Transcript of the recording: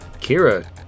Kira